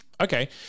Okay